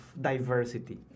diversity